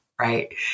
Right